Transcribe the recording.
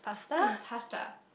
hmm pasta